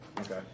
Okay